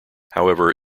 however